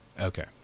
okay